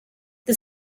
the